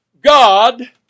God